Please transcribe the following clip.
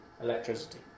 electricity